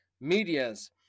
medias